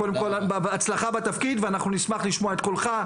קודם כל, הצלחה בתפקיד ואנחנו נשמח לשמוע את קולך.